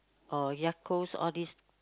or Yakults all these